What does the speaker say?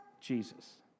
Jesus